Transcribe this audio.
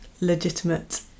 legitimate